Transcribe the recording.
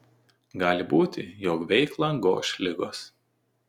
gali būti jog veiklą goš ligos